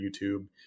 YouTube